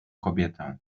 kobietę